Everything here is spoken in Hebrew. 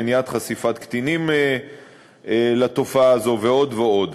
מניעת חשיפת קטינים לתופעה הזו ועוד ועוד.